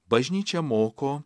bažnyčia moko